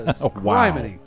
Wow